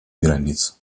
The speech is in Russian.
границ